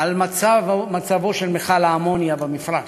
על מצבו של מכל האמוניה במפרץ.